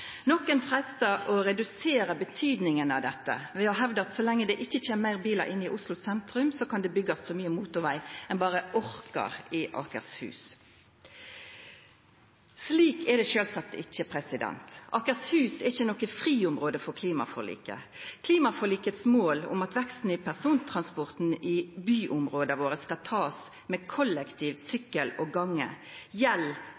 å redusera betydinga av dette ved å hevda at så lenge det ikkje kjem fleire bilar inn i Oslo sentrum, kan det bli bygt så mykje motorveg ein berre orkar i Akershus. Slik er det sjølvsagt ikkje. Akershus er ikkje noko friområde for klimaforliket. Målet i klimaforliket om at veksten i persontransporten i byområda våre skal bli teken med kollektiv, sykkel og gange, gjeld